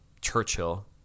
Churchill